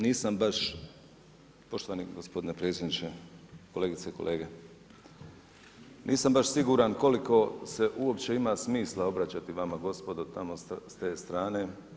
Nisam baš, poštovani gospodine predsjedniče, kolegice i kolege, nisam baš siguran koliko se uopće ima smisla obraćati vama gospodo, tamo s te strane.